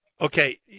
Okay